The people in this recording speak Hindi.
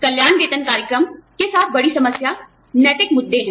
कल्याण वेतन कार्यक्रम के साथ बड़ी समस्या नैतिक मुद्दे हैं